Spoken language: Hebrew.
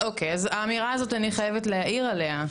האמירה הזאת, אני חייבת להעיר עליה.